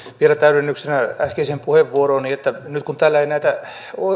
vielä täydennyksenä äskeiseen puheenvuorooni nyt kun täällä ei näitä